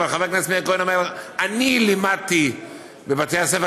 חבר הכנסת מאיר כהן אומר: אני לימדתי בבתי הספר,